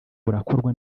burakorwa